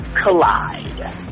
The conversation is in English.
collide